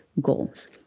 goals